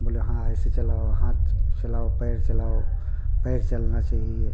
बोले हाँ ऐसे चलाओ हाथ चलाओ पैर चलाओ पैर चलना चाहिए